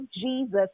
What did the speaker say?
Jesus